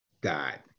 God